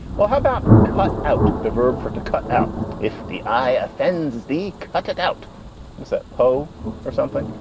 well how about cut out the verb for to cut out if the eye offends deek. i cut out that poe or something.